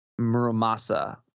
Muramasa